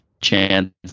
chance